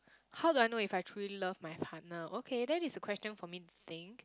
how do I know if I truly love my partner okay that is a question for me to think